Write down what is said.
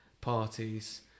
parties